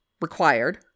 required